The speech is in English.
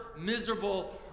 miserable